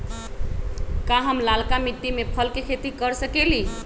का हम लालका मिट्टी में फल के खेती कर सकेली?